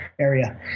area